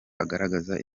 agaragaza